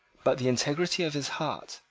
but the integrity of his heart,